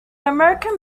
american